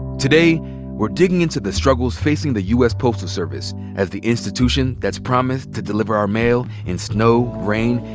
today we're digging into the struggles facing the u. s. postal service as the institution that's promised to deliver our mail in snow, rain,